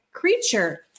creature